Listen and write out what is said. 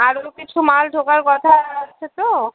আরও কিছু মাল ঢোকার কথা আছে তো